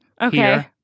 Okay